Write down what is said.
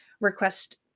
request